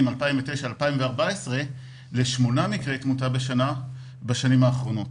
2009 2014 לשמונה מקרי תמותה בשנה בשנים האחרונות.